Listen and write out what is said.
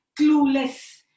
clueless